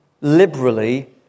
liberally